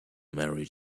married